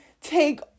take